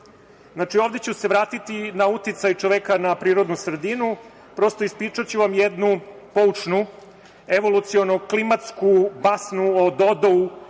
ovde ću se vratiti na uticaj čoveka na prirodnu sredinu, prosto ispričaću vam jednu poučnu, evoluciono klimatsku basnu o Dodou,